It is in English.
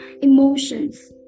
emotions